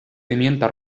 pimienta